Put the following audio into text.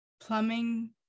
plumbing